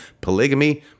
Polygamy